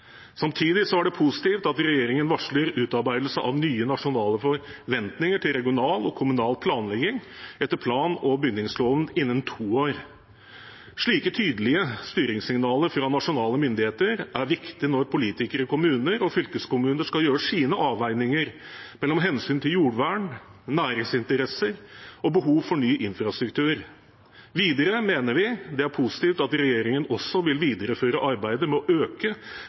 Samtidig er det positivt at regjeringen varsler utarbeidelse av nye nasjonale forventninger til regional og kommunal planlegging etter plan- og bygningsloven innen to år. Slike tydelige styringssignaler fra nasjonale myndigheter er viktig når politikere i kommuner og fylkeskommuner skal gjøre sine avveininger mellom hensynet til jordvern, næringsinteresser og behov for ny infrastruktur. Videre mener vi det er positivt at regjeringen også vil videreføre arbeidet med å øke